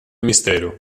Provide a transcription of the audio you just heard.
mistero